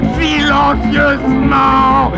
silencieusement